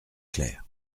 clair